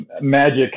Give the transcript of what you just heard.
magic